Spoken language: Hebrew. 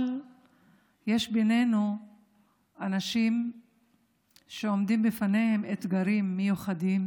אבל יש בינינו אנשים שעומדים בפניהם אתגרים מיוחדים